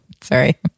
Sorry